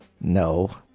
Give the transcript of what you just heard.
no